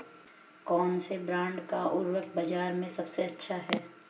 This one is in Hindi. कौनसे ब्रांड का उर्वरक बाज़ार में सबसे अच्छा हैं?